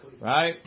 right